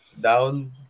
down